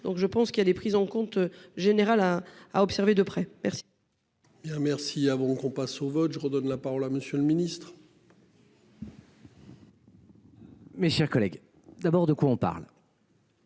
donc je pense qu'il avait prises en compte général à à observer de près. Bien merci avant qu'on passe au vote je redonne la parole à Monsieur le Ministre. Mes chers collègues d'abord de quoi on parle.